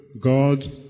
God